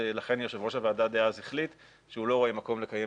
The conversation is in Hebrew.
ולכן יושב ראש הוועדה דאז החליט שהוא לא רואה מקום לקיים